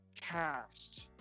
cast